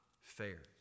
fair